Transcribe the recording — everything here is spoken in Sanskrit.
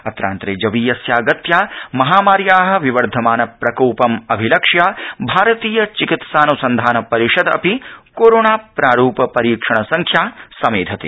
अत्रान्तरे जवीयस्या गत्या महामार्या विवर्धमानं प्रकोपं अभिलक्ष्य भारतीय चिकित्सा अनुसन्धान परिषद् अपि कोरोना प्रारूप परीक्षण संख्यां समेधते